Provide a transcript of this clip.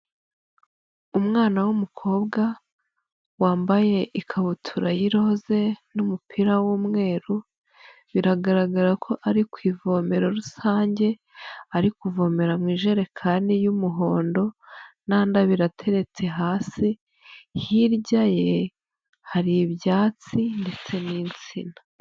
Umwana w'umukobwa wambaye ikabutura y'iroze n'umupira w'umweru, biragaragara ko ari ku ivomero rusange arikuvomera mu ijerekani y'umuhondo n'andi abiri ateretse hasi, hirya ye hari ibyatsi ndetse n'insina.